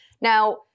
Now